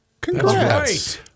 Congrats